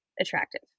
attractive